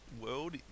world